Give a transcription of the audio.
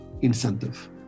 incentive